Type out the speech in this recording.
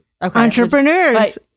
Entrepreneurs